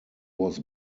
was